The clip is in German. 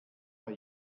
bei